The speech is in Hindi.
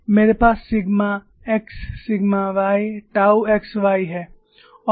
मेरे पास sigma x sigma y tau x y है